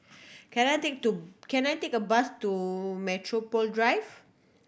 can I take to can I take a bus to Metropole Drive